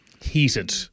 heated